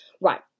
Right